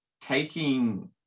taking